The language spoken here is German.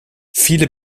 viele